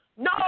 No